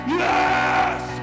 yes